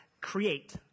Create